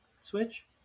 Switch